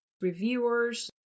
reviewers